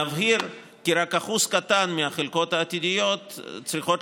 נבהיר כי רק אחוז קטן מהחלקות העתידיות שצריכות